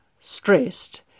stressed